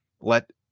let